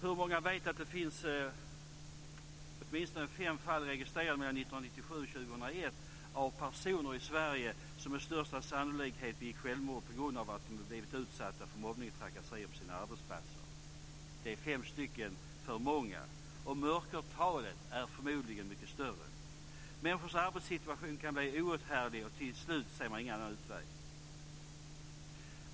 Hur många vet att det finns åtminstone fem fall registrerade mellan 1997 och 2001 av personer i Sverige som med största sannolikhet begick självmord på grund av att de blivit utsatta för mobbning och trakasseri på sina arbetsplatser? Det är fem stycken för många. Mörkertalet är förmodligen mycket större. Människors arbetssituation kan bli outhärdlig, och till slut ser de ingen annan utväg.